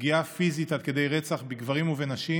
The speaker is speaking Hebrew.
פגיעה פיזית עד כדי רצח בגברים ובנשים,